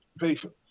Patience